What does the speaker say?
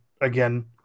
Again